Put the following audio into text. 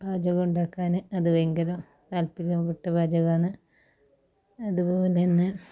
പാചകൊണ്ടാക്കാന് അത് ഭയങ്കര താൽപര്യാ മുട്ട പരകാന് അതുപോലെ തന്നെ